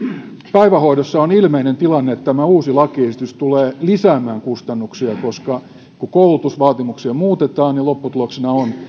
päivähoidossa on ilmeinen tilanne että tämä uusi lakiesitys tulee lisäämään kustannuksia koska kun koulutusvaatimuksia muutetaan niin lopputuloksena on